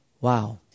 wow